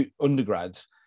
undergrads